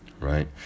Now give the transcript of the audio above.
right